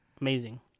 Amazing